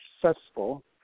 successful